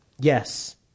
Yes